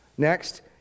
Next